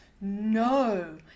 no